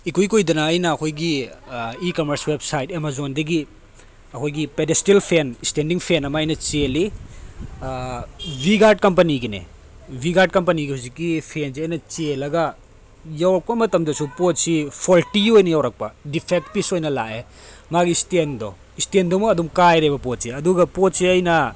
ꯏꯀꯨꯏ ꯀꯨꯏꯗꯅ ꯑꯩꯅ ꯑꯩꯈꯣꯏꯒꯤ ꯏ ꯀꯃꯔꯁ ꯋꯦꯞꯁꯥꯏꯠ ꯑꯦꯃꯥꯖꯣꯟꯗꯒꯤ ꯑꯩꯈꯣꯏꯒꯤ ꯄꯦꯗꯦꯁꯇꯦꯜ ꯐꯦꯟ ꯁ꯭ꯇꯦꯟꯗꯤꯡ ꯐꯦꯟ ꯑꯃ ꯑꯩꯅ ꯆꯦꯜꯂꯤ ꯕꯤ ꯒꯥꯔꯠ ꯀꯝꯄꯅꯤꯒꯤꯅꯦ ꯕꯤ ꯒꯥꯔꯠ ꯀꯝꯄꯅꯤꯒꯤ ꯍꯧꯖꯤꯛꯀꯤ ꯐꯦꯟꯁꯦ ꯑꯩꯅ ꯆꯦꯜꯂꯒ ꯌꯧꯔꯛꯄ ꯃꯇꯝꯗꯁꯨ ꯄꯣꯠꯁꯤ ꯐꯣꯜꯇꯤ ꯑꯣꯏꯅ ꯌꯧꯔꯛꯄ ꯗꯤꯐꯦꯛ ꯄꯤꯁ ꯑꯣꯏꯅ ꯂꯥꯛꯑꯦ ꯃꯥꯒꯤ ꯁ꯭ꯇꯦꯟꯗꯣ ꯁ꯭ꯇꯦꯟꯗꯨꯃ ꯑꯗꯨꯝ ꯀꯥꯏꯔꯦꯕ ꯄꯣꯠꯁꯦ ꯑꯗꯨꯒ ꯄꯣꯠꯁꯦ ꯑꯩꯅ